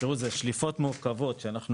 בשבוע שעבר באתם